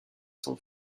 son